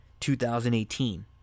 2018